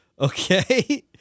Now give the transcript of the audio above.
Okay